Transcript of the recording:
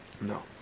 No